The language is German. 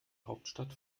hauptstadt